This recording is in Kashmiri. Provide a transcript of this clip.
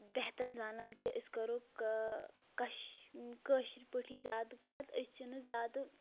بہتر زانان کہِ أسۍ کَرو کَش کٲشِر پٲٹھی زیادٕ کَتھ أسۍ چھِنہٕ زیادٕ